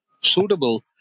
suitable